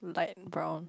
light brown